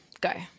go